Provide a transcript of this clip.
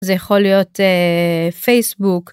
זה יכול להיות פייסבוק.